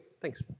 Thanks